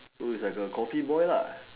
so is like a Coffee boy lah